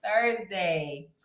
Thursday